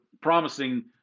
promising